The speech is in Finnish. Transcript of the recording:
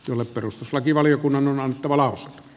jolle perustuslakivaliokunnan wala